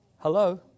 Hello